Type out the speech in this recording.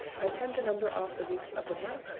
i tend to number off the weeks of the month,